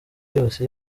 yose